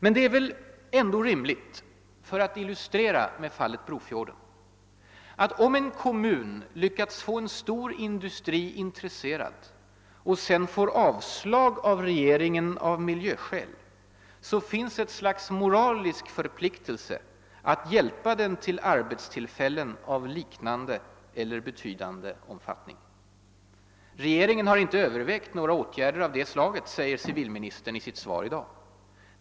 Men det är väl ändå rimligt, för att illustrera med fallet Brofjorden, att om en kommun lyckats få en stor industri intresserad och sedan får avslag av regeringen av miljöskäl så finns ett slags moralisk förpliktelse att hjälpa den till arbetstillfällen av liknande eller betydande omfattning. Regeringen har inte övervägt några åtgärder av det slaget, säger civilministern i sitt svar i dag.